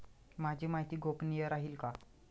माझी माहिती गोपनीय राहील का?